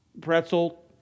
pretzel